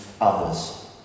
others